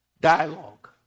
dialogue